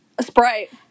Sprite